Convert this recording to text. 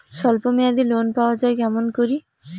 স্বল্প মেয়াদি লোন পাওয়া যায় কেমন করি?